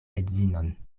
edzinon